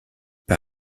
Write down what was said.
par